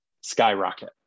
skyrocket